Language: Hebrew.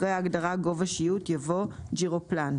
אחרי ההגדרה "גובה שיוט" יבוא: ""ג'ירופלן"